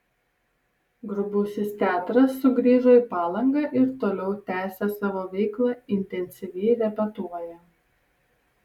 grubusis teatras sugrįžo į palangą ir toliau tęsią savo veiklą intensyviai repetuoja